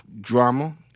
drama